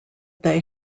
they